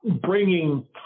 bringing